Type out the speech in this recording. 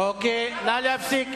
נא להפסיק.